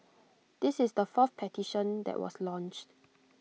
this is the fourth petition that was launched